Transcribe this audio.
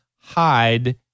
hide